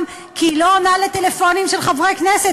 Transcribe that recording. כי היא לא עונה לטלפונים של חברי כנסת.